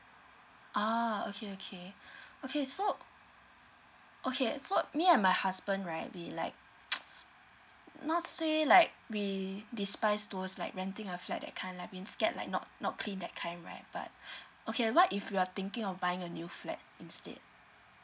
oh okay okay okay so okay so me and my husband right we like not say like we despise towards like renting a flat that kind I've been scared like not not clean that kind right but okay what if we're thinking of buying a new flat instead